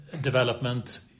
development